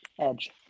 Edge